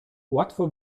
łatwo